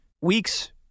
weeks